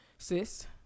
Sis